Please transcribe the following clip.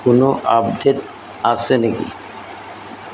কোনো আপডেট আছে নেকি